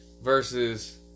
versus